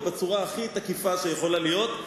ובצורה הכי תקיפה שיכולה להיות,